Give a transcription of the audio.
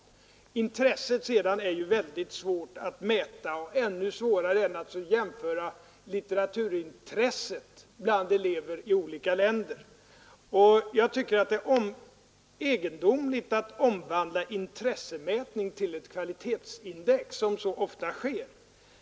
När det sedan gäller intresset är det väldigt svårt att mäta. Ännu svårare är det naturligtvis att jämföra litteraturintresset bland elever i olika länder. Jag tycker att det är egendomligt att omvandla intressemätning till kvalitetsindex, som så ofta sker.